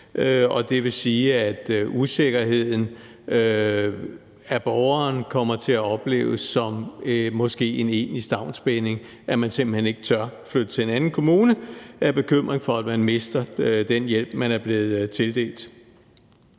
det vil sige, at usikkerheden af borgeren måske kommer til at opleves som en egentlig stavnsbinding, altså at man simpelt hen ikke tør flytte til en anden kommune af bekymring for, at man mister den hjælp, man er blevet tildelt.